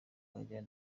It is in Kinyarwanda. caysan